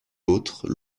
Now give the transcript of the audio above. autres